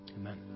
Amen